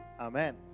Amen